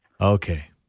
Okay